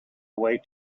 away